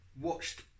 watched